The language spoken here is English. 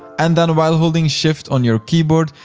and then while holding shift on your keyboard,